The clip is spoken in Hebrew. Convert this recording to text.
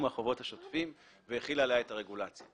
החובות השוטפים והחילה עליה את הרגולציה.